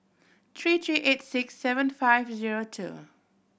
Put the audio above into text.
three three eight six seven five zero two